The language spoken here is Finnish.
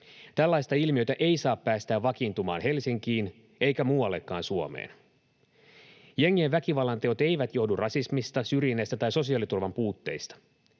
Tällaista ilmiötä ei saa päästää vakiintumaan Helsinkiin eikä muuallekaan Suomeen. Jengien väkivallanteot eivät johdu rasismista, syrjinnästä tai sosiaaliturvan puutteista.